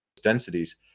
densities